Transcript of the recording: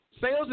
Sales